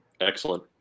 Excellent